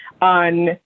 on